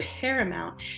paramount